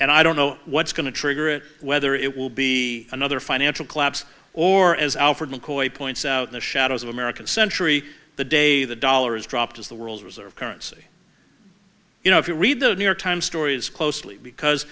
and i don't know what's going to trigger it whether it will be another financial collapse or as alfred mccoy points out in the shadows of american century the day the dollar is dropped as the world's reserve currency you know if you read the new york times stories closely because